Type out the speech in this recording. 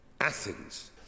Athens